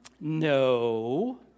No